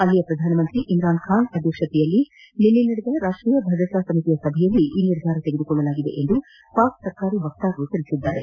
ಅಲ್ಲಿಯ ಪ್ರಧಾನಿ ಇಮ್ರಾನ್ ಖಾನ್ ಅಧ್ಯಕ್ಷತೆಯಲ್ಲಿ ನಿನ್ನೆ ನಡೆದ ರಾಷ್ಷೀಯ ಭದ್ರತಾ ಸಮಿತಿ ಸಭೆಯಲ್ಲಿ ಈ ನಿರ್ಧಾರ ತೆಗೆದುಕೊಳ್ಳಲಾಗಿದೆ ಎಂದು ಪಾಕ್ ಸರ್ಕಾರಿ ವಕ್ತಾರರು ತಿಳಿಸಿದ್ದಾರೆ